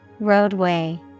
Roadway